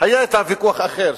היה אתה ויכוח אחר,